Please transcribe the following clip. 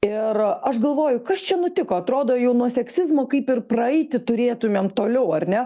ir aš galvoju kas čia nutiko atrodo jau nuo seksizmo kaip ir praeiti turėtumėm toliau ar ne